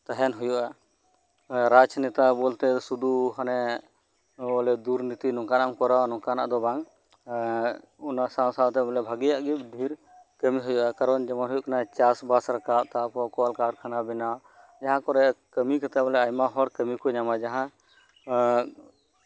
ᱛᱟᱦᱮᱱ ᱦᱳᱭᱳᱜᱼᱟ ᱨᱟᱡᱽᱱᱮᱛᱟ ᱵᱚᱞᱛᱮ ᱥᱩᱫᱷᱩ ᱢᱟᱱᱮ ᱵᱚᱞᱮ ᱫᱩᱨᱱᱤᱛᱤᱢ ᱠᱚᱨᱟᱣᱟ ᱱᱚᱝᱠᱟᱱᱟᱜ ᱫᱚ ᱵᱟᱝ ᱮᱫ ᱚᱱᱟ ᱥᱟᱶ ᱥᱟᱶᱛᱮ ᱵᱚᱞᱮ ᱵᱷᱟᱜᱮᱹᱭᱟᱜ ᱜᱮ ᱫᱷᱮᱨ ᱠᱟᱹᱢᱤ ᱦᱳᱭᱳᱜᱼᱟ ᱠᱟᱨᱚᱱ ᱡᱮᱢᱚᱱ ᱦᱳᱭᱳᱜ ᱠᱟᱱᱟ ᱪᱟᱥᱵᱟᱥ ᱨᱟᱠᱟᱵ ᱛᱟᱨᱯᱚᱨ ᱠᱚᱞᱠᱟᱨᱠᱷᱟᱱᱟ ᱵᱮᱱᱟᱣ ᱡᱟᱦᱟᱸ ᱠᱚᱨᱮ ᱠᱟᱢᱤ ᱠᱟᱛᱮ ᱵᱚᱞᱮ ᱟᱭᱢᱟ ᱦᱚᱲ ᱠᱟᱹᱢᱤ ᱠᱚ ᱧᱟᱢᱟ ᱡᱟᱦᱟᱸ ᱮᱫ